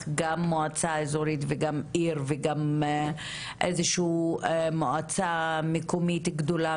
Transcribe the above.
גם מועצה אזורית וגם עיר וגם איזושהי מועצה מקומית גדולה,